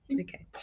Okay